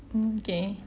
mm okay